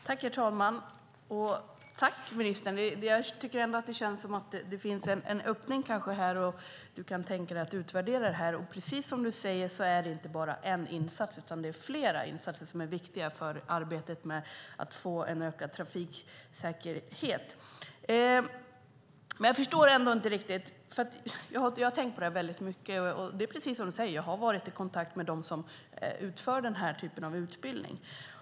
Herr talman! Jag tackar ministern för detta. Det känns ändå som att det kanske finns en öppning här och att du, Catharina Elmsäter-Svärd, kan tänka dig att utvärdera detta. Precis som du säger är det inte bara en insats som är viktig, utan det är flera insatser som är viktiga för arbetet med att få en ökad trafiksäkerhet. Men det är en del som jag inte riktigt förstår. Jag har tänkt mycket på detta, och det är precis som du säger att jag har varit i kontakt med dem som utför denna typ av utbildning.